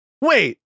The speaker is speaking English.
Wait